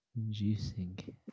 juicing